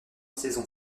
saison